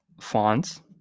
fonts